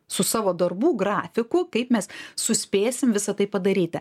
su savo darbų grafiku kaip mes suspėsime visa tai padaryti